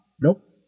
Nope